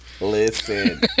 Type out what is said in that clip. listen